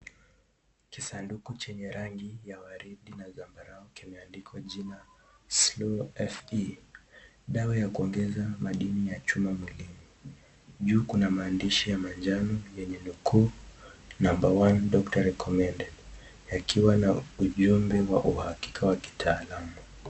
Kisanduku chenye rangi ya waridi na zambarau kimeandikwa jina Slow Fe dawa ya kuongeza madini ya chuma mwilini juu kuna maandishi ya manjano lenye nukuu Number 1 doctor recommended yakiwa na ujembe wa uhakika wa kitaalamu.